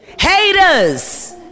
Haters